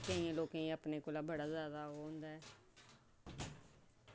केईं लोकें गी अपने कोला बड़ा जैदा ओह् होंदा ऐ